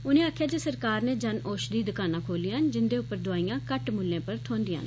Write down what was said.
उनें आक्खेआ जे सरकार नै जन औषधी दकानां खोलियां न जिंदे उप्पर दोआइयां घट्ट मुल्लें पर थ्होंदियां न